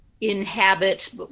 inhabit